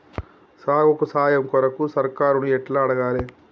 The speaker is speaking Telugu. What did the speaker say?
సాగుకు సాయం కొరకు సర్కారుని ఎట్ల అడగాలే?